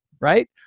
right